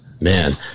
Man